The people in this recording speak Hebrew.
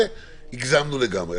הגזמנו לגמרי.